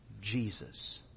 jesus